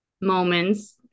moments